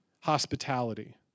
hospitality